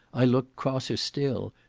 i looked crosser still,